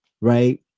right